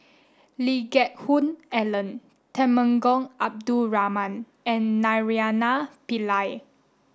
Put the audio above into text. Lee Geck Hoon Ellen Temenggong Abdul Rahman and Naraina Pillai